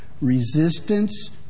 Resistance